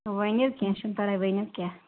ؤنِو کیٚنٛہہ چھُنہٕ پَراے ؤنِو کیٚاہ